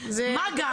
מה גם,